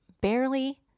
barely